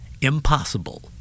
Impossible